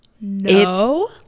no